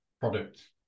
product